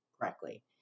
correctly